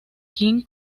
king